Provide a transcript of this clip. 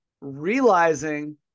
realizing